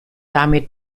damit